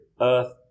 Earth